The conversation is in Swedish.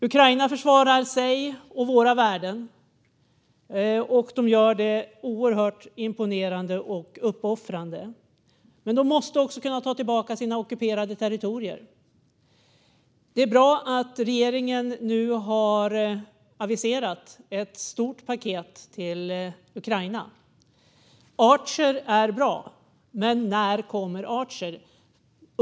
Ukraina försvarar sig och våra värden, och de gör det oerhört imponerande och uppoffrande. Men de måste också kunna ta tillbaka sina ockuperade territorier, och det är bra att regeringen nu har aviserat ett stort paket till Ukraina. Archer är bra, men när kommer Archer?